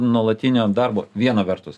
nuolatinio darbo viena vertus